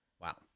Wow